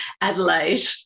Adelaide